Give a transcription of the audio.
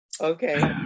Okay